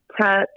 touch